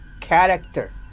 character